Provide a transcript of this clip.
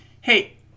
hey